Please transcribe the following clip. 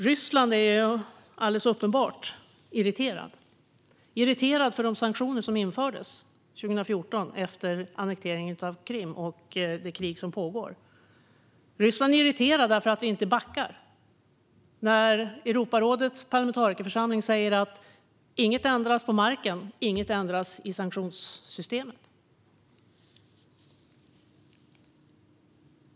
Ryssland är alldeles uppenbart irriterat på grund av de sanktioner som infördes 2014 efter annekteringen av Krim och det krig som pågår. Ryssland är irriterat då vi inte backar när Europarådets parlamentarikerförsamling säger att om inget ändras på marken ändras inget i sanktionssystemet.